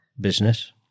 business